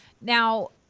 Now